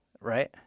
right